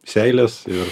seilės ir